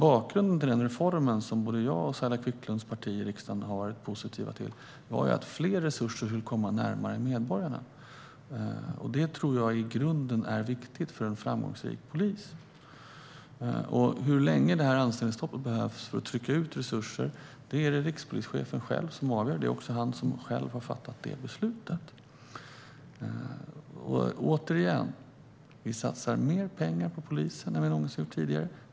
Bakgrunden till reformen, som både jag och Saila Quicklunds parti i riksdagen har varit positiva till, var att fler resurser skulle komma närmare medborgarna. Det tror jag i grunden är viktigt för en framgångsrik polis. Hur länge det här anställningsstoppet behövs för att trycka ut resurser är det rikspolischefen själv som avgör. Det är också han som själv har fattat det beslutet. Återigen: Vi satsar mer pengar på polisen än vi någonsin tidigare gjort.